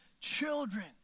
children